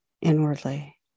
inwardly